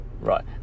Right